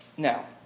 Now